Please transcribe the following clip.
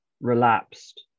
relapsed